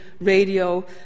radio